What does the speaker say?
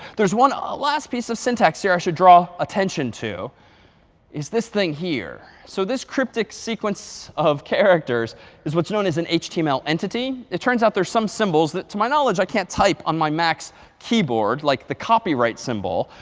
there is one last piece of syntax here i should draw attention to is this thing here. so this cryptic sequence of characters is what's known as an html entity. it turns out there are some symbols that to my knowledge i can't type on my mac's keyboard, like the copyright symbol.